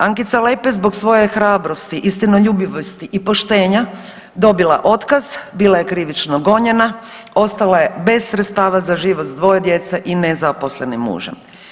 Ankica Lepej je zbog svoje hrabrosti, istinoljubivosti i poštenja dobila otkaz, bila je krivično gonjena, ostala je bez sredstava za život sa dvoje djece i nezaposlenim mužem.